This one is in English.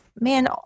man